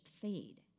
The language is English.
fade